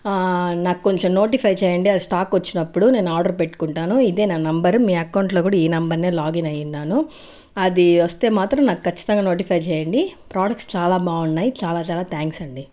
ఆ నాకు కొంచెం నోటిఫై చేయండి అది స్టాక్ వచ్చినప్పుడు నేను ఆర్డర్ పెట్టుకుంటాను ఇదే నా నంబరు మీ అకౌంట్లో కూడా ఈ నెంబర్నే లాగిన్ అయున్నాను అది వస్తే మాత్రం నాకు ఖచ్చితంగా నోటిఫై చేయండి ప్రొడక్ట్స్ చాలా బాగున్నాయి చాలా చాలా థ్యాంక్స్ అండి